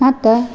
ಮತ್ತು